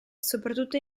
soprattutto